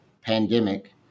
pandemic